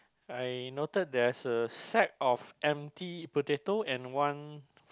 I noted there's a sack of empty potato and one